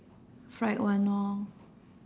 fried one lor